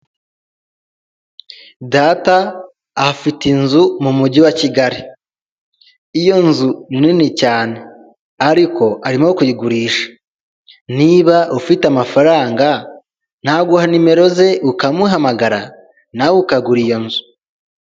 Data afite inzu mu mujyi wa kigali iyo nzu nini cyane ariko arimo kuyigurisha niba ufite amafaranga naguha nimero ze ukamuhamagara nawe ukagura iyo nzu.